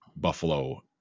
Buffalo